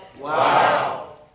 Wow